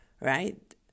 Right